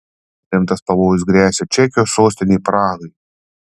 rimtas pavojus gresia čekijos sostinei prahai